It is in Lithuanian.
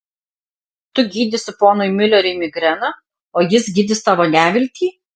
tu gydysi ponui miuleriui migreną o jis gydys tavo neviltį